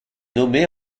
nommée